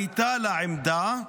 הייתה לה עמדה,